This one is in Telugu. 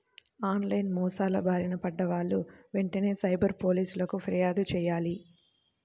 ఆన్ లైన్ మోసాల బారిన పడ్డ వాళ్ళు వెంటనే సైబర్ పోలీసులకు పిర్యాదు చెయ్యాలి